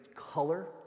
color